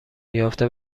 یافته